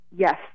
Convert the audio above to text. yes